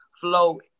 flow